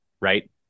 right